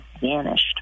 vanished